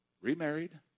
remarried